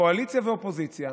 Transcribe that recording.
קואליציה ואופוזיציה,